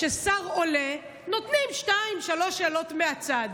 נהוג, כששר עולה, שנותנים שתיים-שלוש שאלות מהצד,